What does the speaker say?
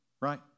right